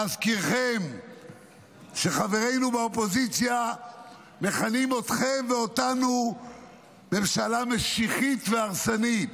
להזכירכם שחברנו באופוזיציה מכנים אתכם ואותנו ממשלה משיחית והרסנית.